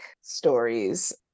stories